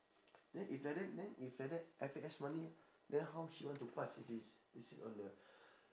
then if like that then if like that F_A_S money then how she want to pass if is is it on the